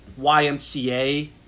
YMCA